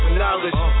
knowledge